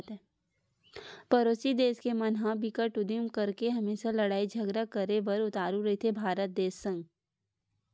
परोसी देस के मन ह बिकट उदिम करके हमेसा लड़ई झगरा करे बर उतारू रहिथे भारत देस संग